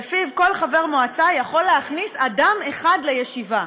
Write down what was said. ולפיו כל חבר מועצה יכול להכניס אדם אחד לישיבה.